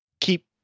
keep